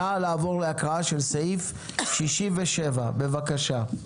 נא לעבור להקראה של סעיף 67. בבקשה.